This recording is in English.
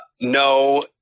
no